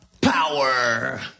power